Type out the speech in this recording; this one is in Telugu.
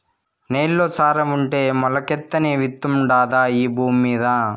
నేల్లో సారం ఉంటే మొలకెత్తని విత్తుండాదా ఈ భూమ్మీద